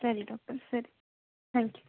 ಸರಿ ಡಾಕ್ಟರ್ ಸರಿ thank you